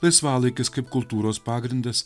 laisvalaikis kaip kultūros pagrindas